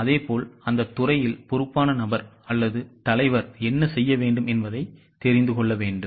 அதேபோல் அந்தத்துறையில் பொறுப்பான நபர் அல்லது தலைவர் என்ன செய்ய வேண்டும் என்பதை தெரிந்து கொள்ள வேண்டும்